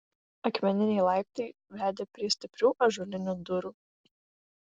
akmeniniai laiptai vedė prie stiprių ąžuolinių durų